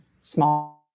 small